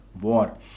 war